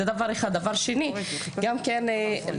בנוסף,